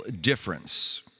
difference